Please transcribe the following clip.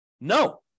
No